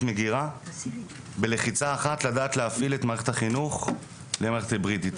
מגירה בלחיצה אחת לדעת להפעיל את מערכת החינוך למערכת היברידית